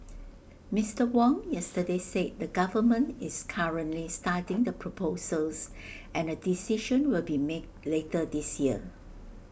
Mister Wong yesterday said the government is currently studying the proposals and A decision will be made later this year